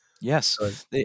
Yes